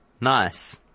nice